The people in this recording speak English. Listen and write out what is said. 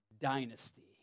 dynasty